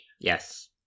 Yes